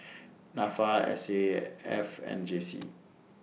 Nafa S A F and J C